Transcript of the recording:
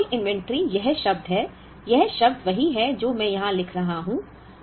अब कुल इन्वेंट्री यह शब्द है यह शब्द वही है जो मैं यहां लिख रहा हूं